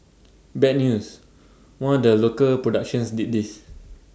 bad news one of the local productions did this